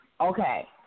Okay